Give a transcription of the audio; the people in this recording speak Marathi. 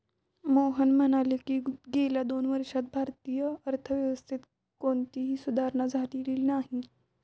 मोहन म्हणाले की, गेल्या दोन वर्षांपासून भारतीय अर्थव्यवस्थेत कोणतीही सुधारणा झालेली नाही